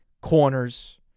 corners